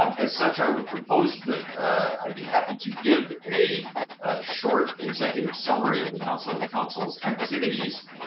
um as such, i would propose that i'd be happy to give a short executive summary of the council of councils activities.